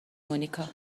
مونیکا